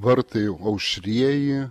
vartai auštrieji